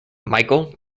michael